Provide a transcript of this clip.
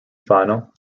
final